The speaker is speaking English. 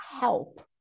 help